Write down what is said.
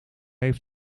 heeft